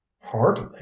Hardly